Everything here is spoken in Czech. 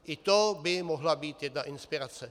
I to by mohla být jedna inspirace.